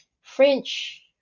French